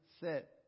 sit